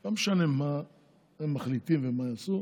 לא משנה מה הם מחליטים ומה יעשו.